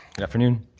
and afternoon.